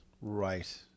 right